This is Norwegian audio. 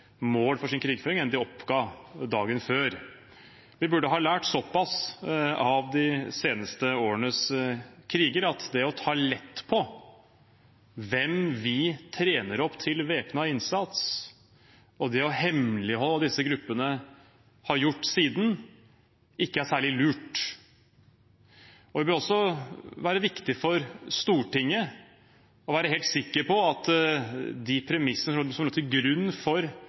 mål for sin krigføring enn dem de oppga dagen før. Vi burde ha lært såpass av de seneste årenes kriger, at det å ta lett på hvem vi trener opp til væpnet innsats, og det å hemmeligholde hva disse gruppene har gjort siden, ikke er særlig lurt. Det bør også være viktig for Stortinget å være helt sikker på at de premissene som lå til grunn for